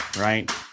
right